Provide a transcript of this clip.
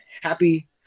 happy